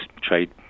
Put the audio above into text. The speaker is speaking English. trade